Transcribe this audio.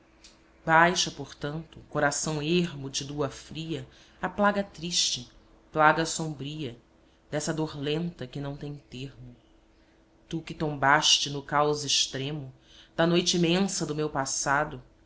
baixa portanto coração ermo de lua fria à plaga triste plaga sombria dessa dor lenta que não tem termo tu que tombaste no caos extremo da noite imensa do meu passado